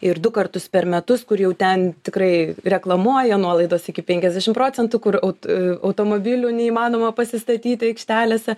ir du kartus per metus kur jau ten tikrai reklamuoja nuolaidos iki penkiasdešim procentų kur at automobilių neįmanoma pasistatyti aikštelėse